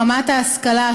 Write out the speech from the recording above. רמת ההשכלה,